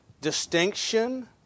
distinction